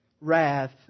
wrath